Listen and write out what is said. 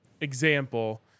example